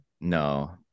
No